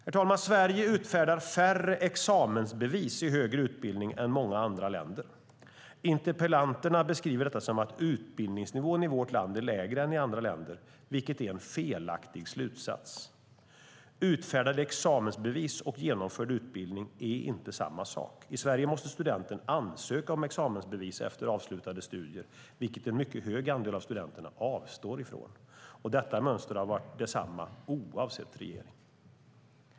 Herr talman! Sverige utfärdar färre examensbevis i högre utbildning än många andra länder. Interpellanterna beskriver detta som att utbildningsnivån i vårt land är lägre än i andra länder, vilket är en felaktig slutsats. Utfärdade examensbevis och genomförd utbildning är inte samma sak. I Sverige måste studenten ansöka om examensbevis efter avslutade studier, vilket en mycket hög andel av studenterna avstår från. Detta mönster har varit detsamma oavsett regering.